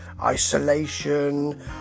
isolation